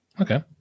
okay